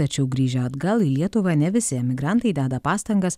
tačiau grįžę atgal į lietuvą ne visi emigrantai deda pastangas